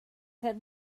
have